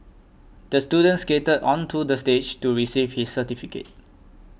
the student skated onto the stage to receive his certificate